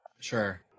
sure